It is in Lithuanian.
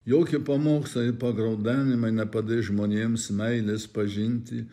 jokie pamokslai ir pagraudenimai nepadarys žmonėms meilės pažinti